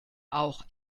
auch